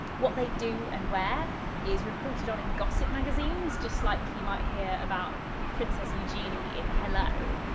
what they do and wear is reported on in gossip magazines, just like you might hear about princess eugenie in hello!